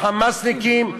ה"חמאסניקים",